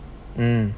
um